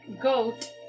goat